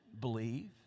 believe